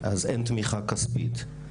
אז אין תמיכה כספית.